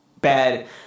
bad